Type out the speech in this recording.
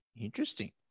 Interesting